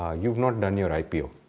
ah you've not done your ipo.